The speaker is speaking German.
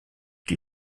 die